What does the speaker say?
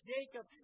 Jacob